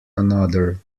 another